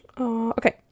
okay